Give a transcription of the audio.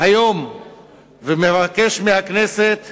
היום ומבקש מהכנסת